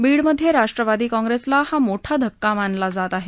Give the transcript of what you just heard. बीडमध्ये राष्ट्रवादी कॉंग्रेसला हा मोठा धक्का मानला जात आहे